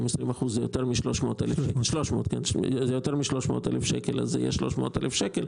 אם 20% זה יותר מ-300,000 שקל אז זה יהיה 300,000 שקל.